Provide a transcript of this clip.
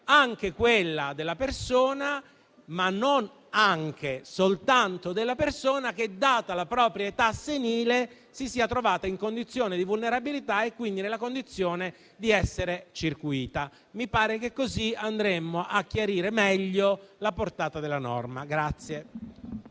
anche quella della persona - non anche, ma soltanto - che, data la propria età senile, si sia trovata in condizioni di vulnerabilità e, quindi, nella condizione di essere circuita. Mi pare che così chiariremmo meglio la portata della norma.